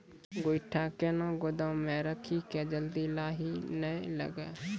गोटा कैनो गोदाम मे रखी की जल्दी लाही नए लगा?